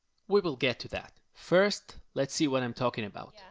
we will get to that. first let's see what i'm talking about. yeah